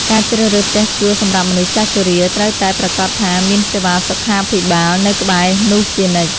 ការជ្រើសរើសផ្ទះជួលសម្រាប់មនុស្សចាស់ជរាត្រូវតែប្រាកដថាមានសេវាសុខាភិបាលនៅក្បែរនោះជានិច្ច។